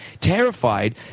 terrified